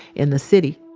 in the city